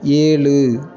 ஏழு